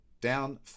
down